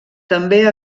també